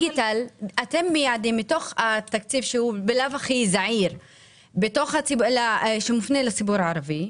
אתם מייעדים לדיגיטל מתוך התקציב הזעיר בלאו הכי שמופנה לציבור הערבי,